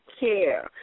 care